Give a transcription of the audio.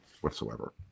whatsoever